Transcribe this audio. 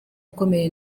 ukomeye